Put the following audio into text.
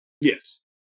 Yes